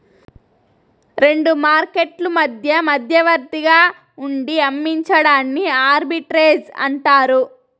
రెండు మార్కెట్లు మధ్య మధ్యవర్తిగా ఉండి అమ్మించడాన్ని ఆర్బిట్రేజ్ అంటారు